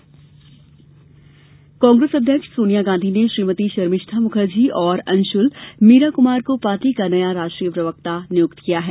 नये प्रवक्ता कांग्रेस अध्यक्ष सोनिया गांधी ने श्रीमती शर्मिष्ठा मुखर्जी और अंशुल मीरा कुमार को पार्टी का नया राष्ट्रीय प्रवक्ता नियुक्त किया है